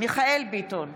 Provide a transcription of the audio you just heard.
מיכאל מרדכי ביטון,